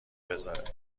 بذاره